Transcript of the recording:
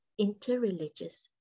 interreligious